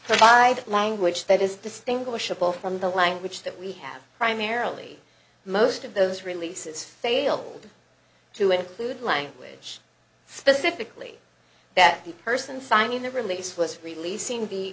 provide language that is distinguishable from the language that we have primarily most of those releases failed to include language specifically that the person signing the release was releasing the